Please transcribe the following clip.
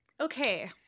okay